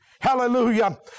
Hallelujah